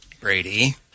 Brady